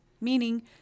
meaning